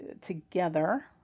together